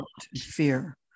fear